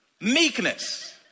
Meekness